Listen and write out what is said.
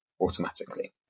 automatically